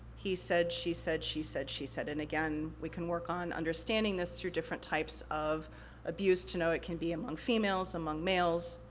he said, she said, she said, she said. and again, we can work on understanding this through different types of abuse, to know it can be among females, among males,